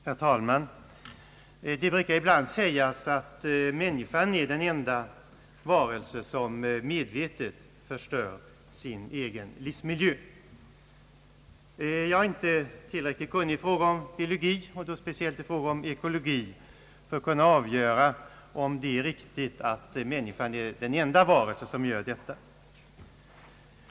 Herr talman! Det brukar ibland sägas att människan är den enda varelse som medvetet förstör sin egen livsmiljö. Jag är inte tillräckligt kunnig i biologi och då speciellt ekologi för att kunna avgöra, om det är riktigt att människan är den enda varelse som gör detta.